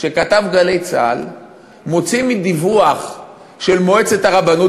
שכתב "גלי צה"ל" מוציא מדיווח של מועצת הרבנות,